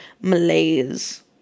malaise